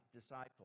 disciple